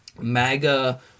MAGA